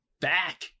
back